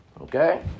Okay